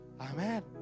Amen